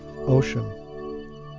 Ocean